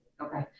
Okay